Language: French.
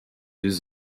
deux